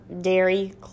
dairy